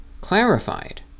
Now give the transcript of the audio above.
clarified